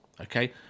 okay